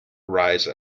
arise